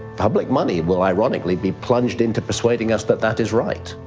public money will ironically be plunged into pursuading us that that is right.